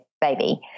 baby